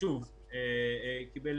ושוב הוא קיבל